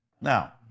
now